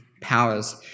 powers